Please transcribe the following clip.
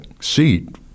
seat